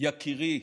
יקירי,